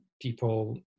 people